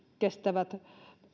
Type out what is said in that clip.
kestävät